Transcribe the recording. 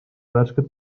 värsket